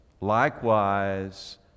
likewise